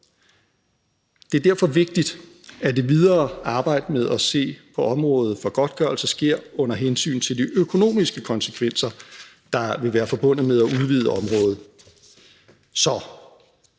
Det er derfor vigtigt, at det videre arbejde med at se på området for godtgørelse sker under hensyn til de økonomiske konsekvenser, der vil være forbundet med at udvide området.